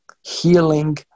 healing